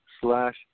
slash